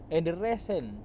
and the rest kan